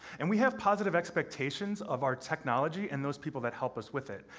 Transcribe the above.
and we have positive expectations of our technology and those people that help us with it.